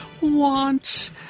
want